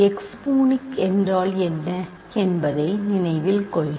x monic என்றால் என்ன என்பதை நினைவில் கொள்க